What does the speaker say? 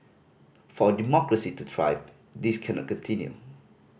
for our democracy to thrive this cannot continue